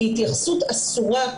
היא התייחסות אסורה.